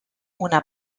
una